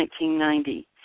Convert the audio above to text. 1990